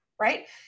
right